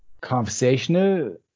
conversational